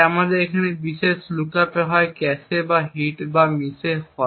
তাই আমাদের এই বিশেষ লুকআপে হয় ক্যাশে হিট বা ক্যাশে মিস হয়